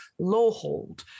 Lawhold